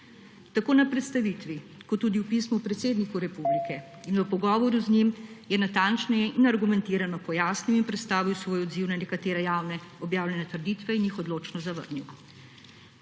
Tako na predstavitvi kot tudi v pismu predsedniku republike in v pogovoru z njim je natančneje in argumentirano pojasnil in predstavil svoj odziv na nekatere javno objavljene trditve in jih odločno zavrnil.